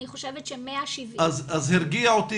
אני חושבת ש-170 --- אז הרגיע אותי